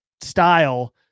style